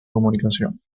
comunicación